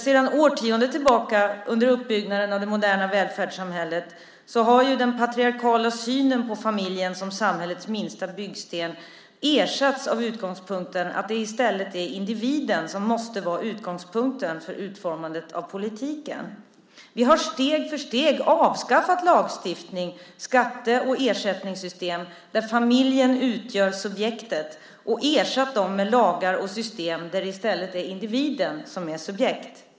Sedan årtionden tillbaka under uppbyggnaden av det moderna välfärdssamhället har den patriarkala synen på familjen som samhällets minsta byggsten ersatts av att det i stället är individen som måste vara utgångspunkten för utformandet av politiken. Vi har steg för steg avskaffat lagstiftning, skatte och ersättningssystem där familjen utgör subjektet och ersatt dem med lagar och system där det i stället är individen som är subjekt.